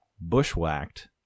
Bushwhacked